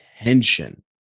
attention